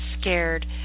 scared